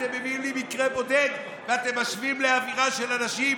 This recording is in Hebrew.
אתם מביאים לי מקרה בודד ואתם משווים לאווירה של אנשים,